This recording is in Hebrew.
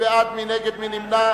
התש"ע 2010, מי בעד, מי נגד, מי נמנע?